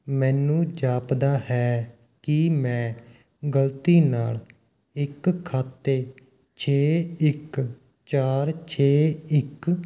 ਮੈਨੂੰ ਜਾਪਦਾ ਹੈ ਕਿ ਮੈਂ ਗਲਤੀ ਨਾਲ ਇੱਕ ਖਾਤੇ ਛੇ ਇੱਕ ਚਾਰ ਛੇ ਇੱਕ